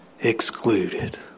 excluded